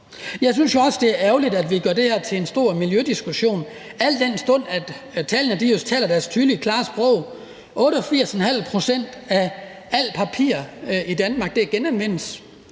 Jeg synes også, det er ærgerligt, at vi gør det her til en stor miljødiskussion, al den stund at tallene taler deres tydelige sprog. 88,5 pct. af alt papir i Danmark genanvendes